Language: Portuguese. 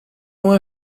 uma